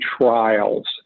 trials